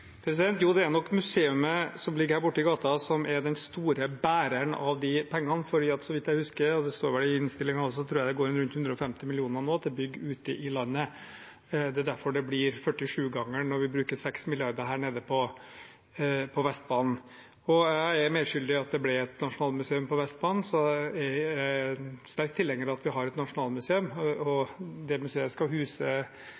Jo, det er nok museet som ligger her borti gaten, som er den store bæreren av de pengene. Så vidt jeg husker, og det står vel i innstillingen også, går det rundt 150 mill. kr til bygg ute i landet. Det er derfor det blir 47-gangen når vi bruker 6 mrd. kr her nede på Vestbanen. Jeg er medskyldig i at det ble et nasjonalmuseum på Vestbanen, og jeg er sterkt tilhenger av at vi har et nasjonalmuseum.